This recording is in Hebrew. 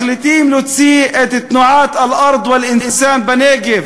מחליטים להוציא את תנועת "אל-ארד ואל-אנסאן" בנגב,